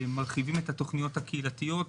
מרחיבים את התוכניות הקהילתיות,